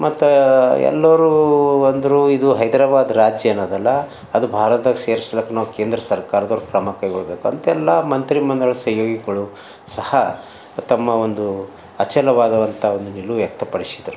ಮತ್ತು ಎಲ್ಲರೂ ಅಂದರು ಇದು ಹೈದರಾಬಾದ್ ರಾಜ್ಯ ಏನದಲ್ಲ ಅದು ಭಾರತದಾಗ್ ಸೆರ್ಸ್ಲಕ್ಕೆ ನಾವು ಕೇಂದ್ರ ಸರ್ಕಾರದವ್ರು ಕ್ರಮ ಕೈಗೊಳ್ಬೇಕಂತೆಲ್ಲಾ ಮಂತ್ರಿ ಮಂಡಲ ಸಹ್ಯೋಗಿಗಳು ಸಹಾ ತಮ್ಮ ಒಂದು ಅಚಲವಾದವಂಥ ಒಂದು ನಿಲುವು ವ್ಯಕ್ತಪಡಿಸಿದರು